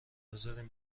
بزارین